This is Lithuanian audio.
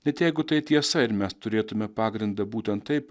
net jeigu tai tiesa ir mes turėtumėme pagrindą būtent taip